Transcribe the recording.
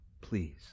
please